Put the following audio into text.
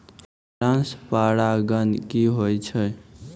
Cross परागण की होय छै?